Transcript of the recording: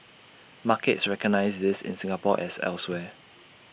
markets recognise this in Singapore as elsewhere